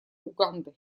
уганды